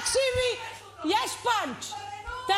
יש פאנץ' אני לא מתלוננת אפילו פעם אחת,